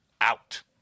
out